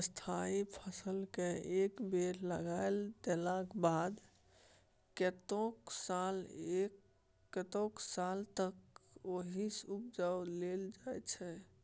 स्थायी फसलकेँ एक बेर लगा देलाक बाद कतेको साल तक ओहिसँ उपजा लेल जाइ छै